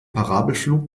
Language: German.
parabelflug